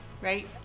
right